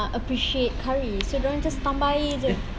nak appreciate curry so dia orang just tambah air jer